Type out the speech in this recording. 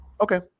Okay